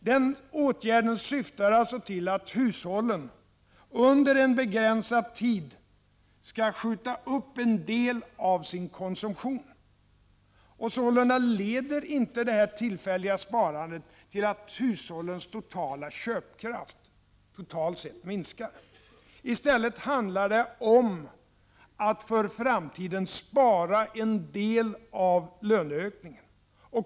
Den åtgärden syftar alltså till att hushållen under en begränsad tid skall skjuta upp en del av sin konsumtion. Sålunda leder inte detta tillfälliga sparande till att hushållens totala köpkraft minskar. I stället handlar det om att för framtiden spara en del av löneökningen.